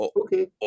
okay